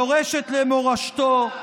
יורשת למורשתו,